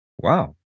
Wow